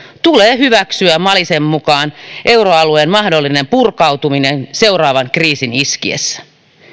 tulee hyväksyä malisen mukaan euroalueen mahdollinen purkautuminen seuraavan kriisin iskiessä